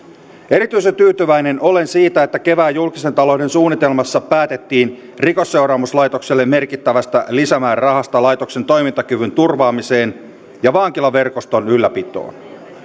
erityisen tyytyväinen olen siitä että kevään julkisen talouden suunnitelmassa päätettiin rikosseuraamuslaitokselle merkittävästä lisämäärärahasta laitoksen toimintakyvyn turvaamiseen ja vankilaverkoston ylläpitoon